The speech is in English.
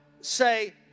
Say